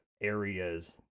areas